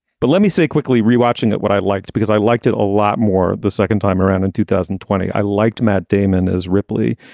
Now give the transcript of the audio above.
but let me say quickly, rewatching it what i liked, because i liked it a lot more the second time around in two thousand and twenty. i liked matt damon as ripley.